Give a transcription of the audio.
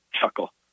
chuckle